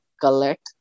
collect